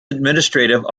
administrative